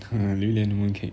嗯榴莲 mooncake